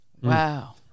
Wow